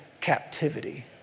captivity